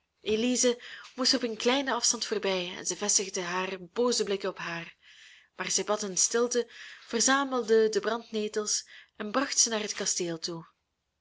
moest er op een kleinen afstand voorbij en zij vestigden haar booze blikken op haar maar zij bad in stilte verzamelde de brandnetels en bracht ze naar het kasteel toe